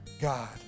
God